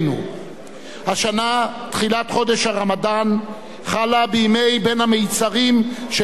השנה תחילת חודש הרמדאן חלה בימי בין המצרים של לוח השנה העברי.